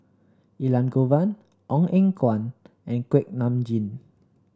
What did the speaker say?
Elangovan Ong Eng Guan and Kuak Nam Jin